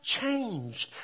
changed